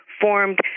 formed